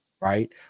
right